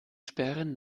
sperren